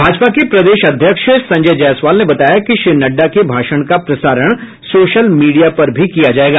भाजपा के प्रदेश अध्यक्ष संजय जायसवाल ने बताया कि श्री नड्डा के भाषण का प्रसारण सोशल मीडिया पर भी किया जायेगा